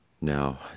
now